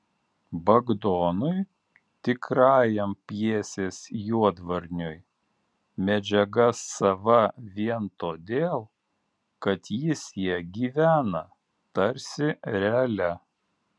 bagdonui tikrajam pjesės juodvarniui medžiaga sava vien todėl kad jis ja gyvena tarsi realia